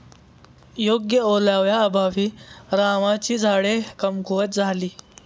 योग्य ओलाव्याअभावी रामाची झाडे कमकुवत झाली